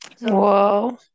whoa